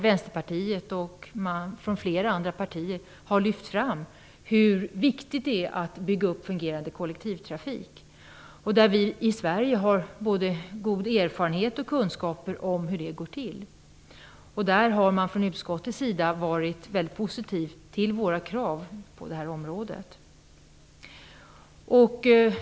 Vänsterpartiet och flera andra partier har lyft fram hur viktigt det är att en fungerande kollektivtrafik byggs upp. Vi i Sverige har både god erfarenhet och kunskaper om hur det går till. I utskottet har man varit väldigt positiv till våra krav på detta område.